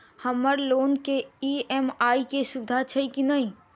हम्मर लोन केँ ई.एम.आई केँ सुविधा छैय की नै?